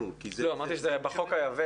רק בחוק היבש.